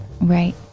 Right